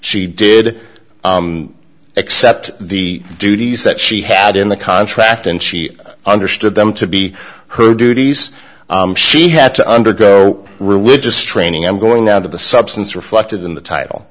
she did accept the duties that she had in the contract and she understood them to be her duties she had to undergo religious training i'm going out of the substance reflected in the title